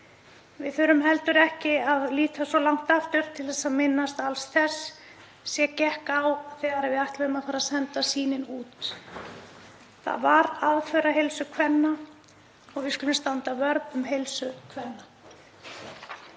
Við þurfum heldur ekki að líta svo langt aftur til að minnast alls þess sem gekk á þegar við ætluðum að fara að senda sýnin út. Það var aðför að heilsu kvenna og við skulum standa vörð um heilsu kvenna.